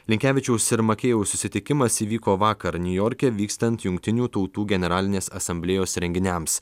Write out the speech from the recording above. linkevičiaus ir makėjaus susitikimas įvyko vakar niujorke vykstant jungtinių tautų generalinės asamblėjos renginiams